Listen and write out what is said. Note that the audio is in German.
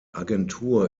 agentur